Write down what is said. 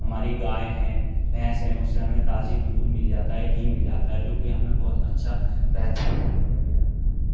ہماری گائے ہیں بھینس ہیں اس سے ہمیں تازی دودھ مل جاتا ہے گھی مل جاتا ہے جوکہ ہمیں بہت اچھا رہتا ہے اور بہت بڑھیا لگتا ہے یہ